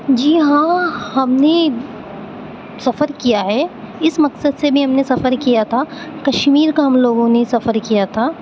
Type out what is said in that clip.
جی ہاں ہم نے سفر کیا ہے اس مقصد سے بھی ہم نے سفر کیا تھا کشمیر کا ہم لوگوں نے سفر کیا تھا